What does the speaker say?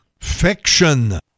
fiction